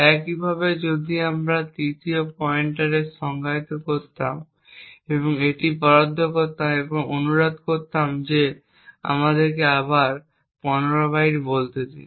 একইভাবে যদি আমরা একটি তৃতীয় পয়েন্টার সংজ্ঞায়িত করতাম এবং এটি বরাদ্দ করতাম এবং অনুরোধ করতাম যে আমাদেরকে আবার 15 বাইট বলতে দিন